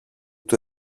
του